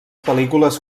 pel·lícules